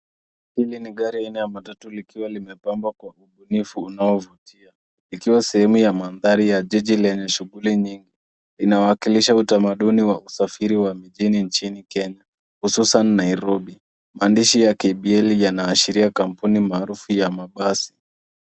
Hili ni aina ya matatu likiwa limepambwa kwa nifu inayovutia. Ikiwa ni sehemu ya mandhari ya jiji lenye shughuli nyingi. Inawakilisha utamaduni wa usafiri wa mijini nchini Kenya hususan Nairobi. Maandishi ya KBL yanaashiria kampuni maarufu ya mabasi.